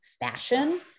fashion